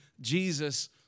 Jesus